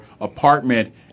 apartment